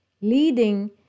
leading